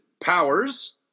powers